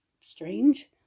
strange